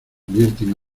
vierten